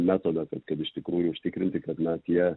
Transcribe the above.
metodą kad kad iš tikrųjų užtikrinti kad na tie